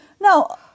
Now